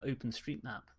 openstreetmap